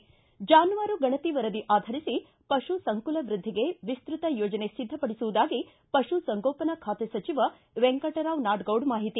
ಿ ಜಾನುವಾರು ಗಣತಿ ವರದಿ ಆಧರಿಸಿ ಪಶು ಸಂಕುಲ ವೃದ್ದಿಗೆ ವಿಸ್ತೃತ ಯೋಜನೆ ಸಿದ್ದಪಡಿಸುವುದಾಗಿ ಪಶು ಸಂಗೋಪನಾ ಖಾತೆ ಸಚಿವ ವೆಂಕಟರಾವ್ ನಾಡಗೌಡ ಮಾಹಿತಿ